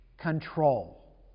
control